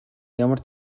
ямар